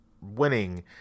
winning –